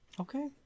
Okay